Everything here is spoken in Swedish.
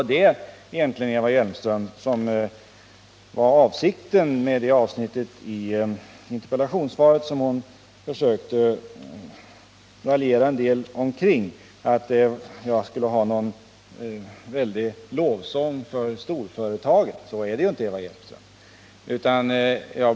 I det sammanhanget vill jag ta upp det avsnitt i interpellationssvaret som Eva Hjelmström försökte raljera en del omkring och skapa ett intryck av att jag framfört något slags lovsång över storföretagen. Men så är det inte, Eva Hjelmström.